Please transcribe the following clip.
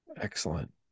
Excellent